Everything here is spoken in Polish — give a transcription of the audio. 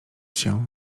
się